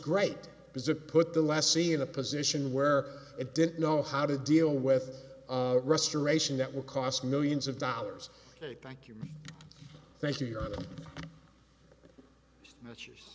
great because it put the lassie in a position where it didn't know how to deal with restoration that will cost millions of dollars thank you thank you your m